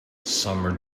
summer